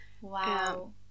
wow